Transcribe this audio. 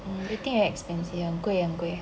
everything very expensive 很贵很贵